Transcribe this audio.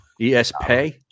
ESP